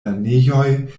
lernejoj